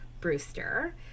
Brewster